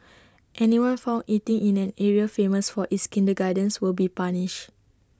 anyone found eating in an area famous for its kindergartens will be punished